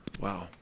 Wow